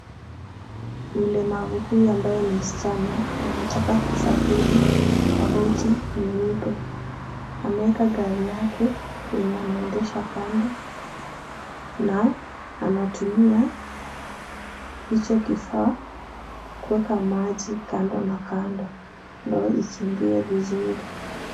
Mlemavu huyu ambaye ni msichana anataka kusafiri kwa boti nyeupe. Ameweka gari yake yenye anaendesha kando na anatumia hicho kifaa kuweka maji kando na kando ndo ikimbie vizuri.